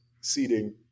seating